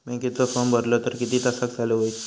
बँकेचो फार्म भरलो तर किती तासाक चालू होईत?